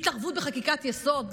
התערבות בחקיקת-יסוד.